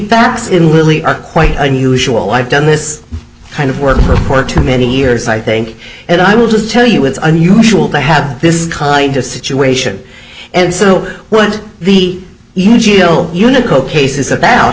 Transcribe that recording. facts in lily are quite unusual i've done this kind of work for her for too many years i think and i will just tell you it's unusual to have this kind of situation and so when the e g bill unico case is about